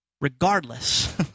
regardless